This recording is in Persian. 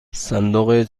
صندوق